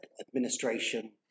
administration